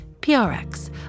PRX